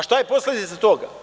Šta je posledica toga?